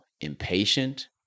impatient